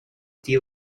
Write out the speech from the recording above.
deal